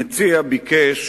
המציע ביקש